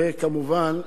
וכמובן,